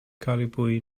calipuy